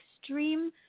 extreme